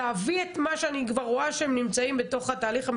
להביא את מה שאני כבר רואה שהם נמצאים בתוך התהליך,